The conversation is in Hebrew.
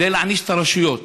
כדי להעניש את הרשויות,